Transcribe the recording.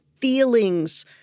feelings